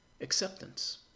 acceptance